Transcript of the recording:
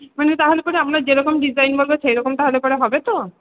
মানে তাহলে পরে আমরা যেরকম ডিজাইন বলবো সেরকম তাহলে পরে হবে তো